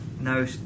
no